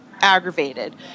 aggravated